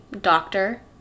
doctor